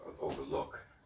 overlook